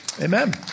Amen